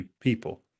people